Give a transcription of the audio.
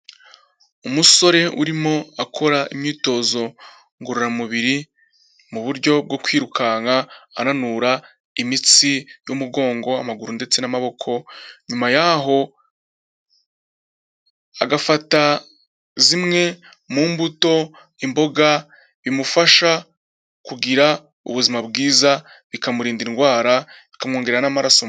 Umusore urimo akora imyitozo ngororamubiri, mu buryo bwo kwirukanka ananura imitsi y'umugongo, amaguru ndetse n'amaboko, nyuma yaho agafata zimwe mu mbuto, imboga, bimufasha kugira ubuzima bwiza bikamurinda indwara bikamwongerera n'amaraso,....